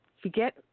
forget